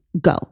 Go